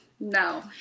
No